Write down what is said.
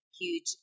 huge